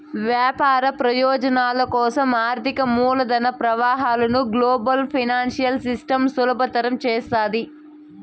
వ్యాపార ప్రయోజనాల కోసం ఆర్థిక మూలధన ప్రవాహాలను గ్లోబల్ ఫైనాన్సియల్ సిస్టమ్ సులభతరం చేస్తాది